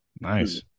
Nice